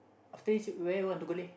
after you sit where you want to go leh